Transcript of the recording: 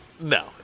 No